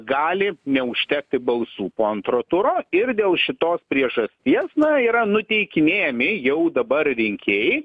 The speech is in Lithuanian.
gali neužtekti balsų po antro turo ir dėl šitos priežasties na yra nuteikinėjami jau dabar rinkėjai